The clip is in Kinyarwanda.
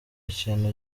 ikintu